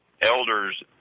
elders